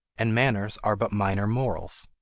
and manners are but minor morals.